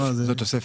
זה תוספת.